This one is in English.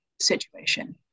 situation